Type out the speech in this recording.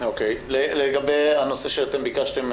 לגבי הנושא שאתם ביקשתם,